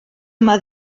yma